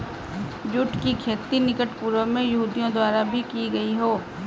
जुट की खेती निकट पूर्व में यहूदियों द्वारा भी की गई हो